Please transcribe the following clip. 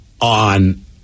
on